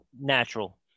natural